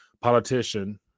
politician